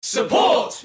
Support